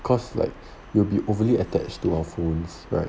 cause like you will be overly attached to our phones right